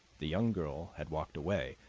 the young girl had walked away,